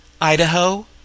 Idaho